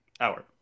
Hour